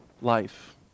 Life